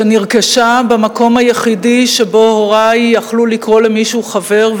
שנרכשה במקום היחידי שבו הורי יכלו לקרוא למישהו חבר,